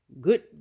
good